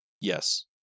Yes